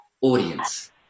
audience